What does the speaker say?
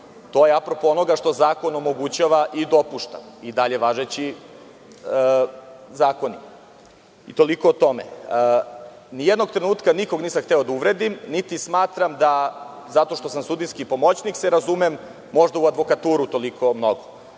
To je apropo onoga što zakon omogućava i dopušta i dalje važeći zakoni. Toliko o tome. Ni jednog trenutka nikog nisam hteo da uvredim, niti smatram da zato što sam sudijski pomoćnik se razumem možda u advokaturu toliko mnogo.